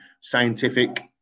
scientific